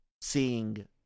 seeing